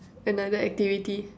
another activity